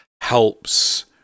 helps